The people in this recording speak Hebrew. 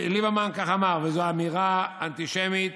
וליברמן כך אמר, וזו אמירה אנטישמית